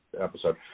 episode